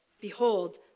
Behold